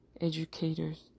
educators